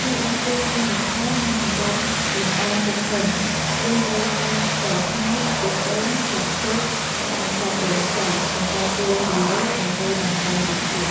រីឯ គ្រឿងផ្សំបន្ថែម និងសម្រាប់លម្អមុខនំ យើងត្រូវការ ស្ករត្នោត ខ្ទិះដូង ស្លឹកចេក និងសាច់ដូងខ្ចី សម្រាប់រោយពីលើ ដើម្បីបង្កើនរសជាតិ។